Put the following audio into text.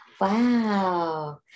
wow